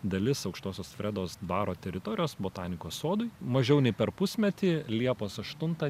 dalis aukštosios fredos dvaro teritorijos botanikos sodui mažiau nei per pusmetį liepos aštuntą